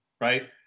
right